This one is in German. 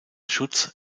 schutz